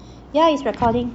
ya it's recording